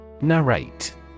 Narrate